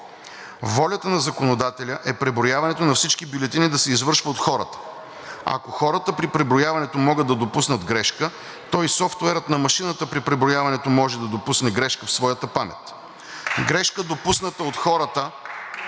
Волята на законодателя е преброяването на всички бюлетини да се извършва от хората. Ако хората при преброяването могат да допуснат грешка, то и софтуерът на машината при преброяването може да допусне грешка в своята памет. (Ръкопляскания от